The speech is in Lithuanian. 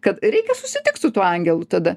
kad reikia susitikt su tuo angelu tada